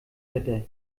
wetter